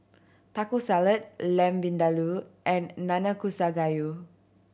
Taco Salad Lamb Vindaloo and Nanakusa Gayu